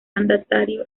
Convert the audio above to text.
mandatario